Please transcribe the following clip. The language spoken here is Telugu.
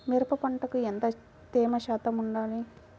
మిరప పంటకు ఎంత తేమ శాతం వుండాలి?